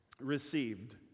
received